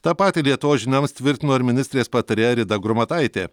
tą patį lietuvos žinioms tvirtino ir ministrės patarėja rita grumadaitė